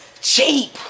cheap